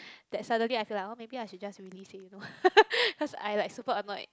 that suddenly I feel like oh maybe I should just release him you know cause I like super annoyed